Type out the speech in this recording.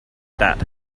that